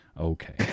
Okay